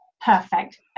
Perfect